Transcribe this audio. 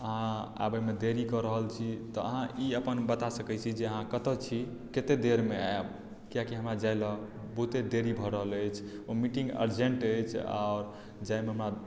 अहाँ आबयमे देरी कऽ रहल छी तऽ अहाँ ई अपन बता सकैत छी जे अहाँ कतय छी कतेक देरमे आयब कियाकि हमरा जाय लेल बहुते देरी भऽ रहल अछि ओ मीटिंग अर्जेंट अछि आओर जायमे हमरा